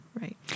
Right